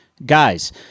guys